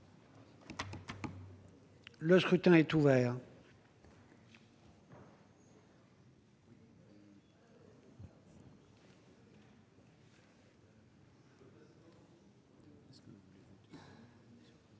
Le scrutin est ouvert.